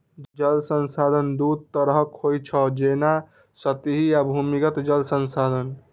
जल संसाधन दू तरहक होइ छै, जेना सतही आ भूमिगत जल संसाधन